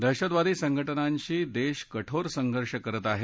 दहशतवादी संघटनांशी देश कठोर संघर्ष करत आहे